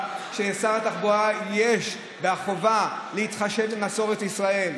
שעל שר התחבורה יש חובה להתחשב במסורת ישראל.